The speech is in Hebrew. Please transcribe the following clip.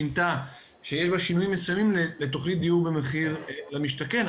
בה שינויים מסוימים לתכנית דיור למשתכן.